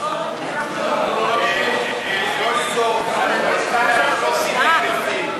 תשלום קצבאות לחיילי מילואים ולבני משפחותיהם (תיקון מס' 7),